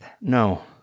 No